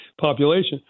population